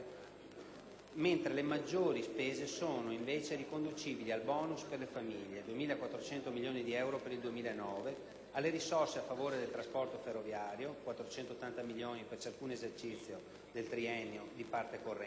mentre le maggiori spese sono invece riconducibili al *bonus* per le famiglie (2.400 milioni di euro per il 2009), alle risorse a favore del trasporto ferroviario (480 milioni per ciascun esercizio del triennio di parte corrente,